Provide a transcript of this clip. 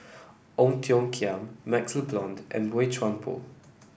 Ong Tiong Khiam MaxLe Blond and Boey Chuan Poh